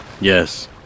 Yes